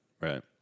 right